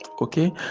okay